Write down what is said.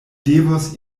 devos